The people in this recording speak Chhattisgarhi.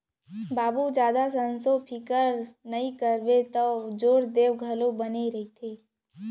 बाबू जादा संसो फिकर नइ करबे तौ जोर देंव घलौ बने रही